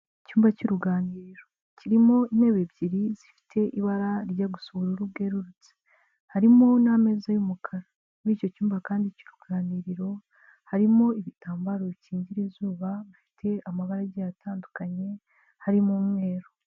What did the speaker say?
Icyumba cy'uruganiriro kirimo intebe ebyiri zifite ibara rijya gusa ubururu bwerurutse, harimo n'ameza y'umukara, muri icyo cyumba kandi cy'uruganiriro harimo ibitambaro bikingira izuba bifite amabara agiye atandukanye harimo umweru.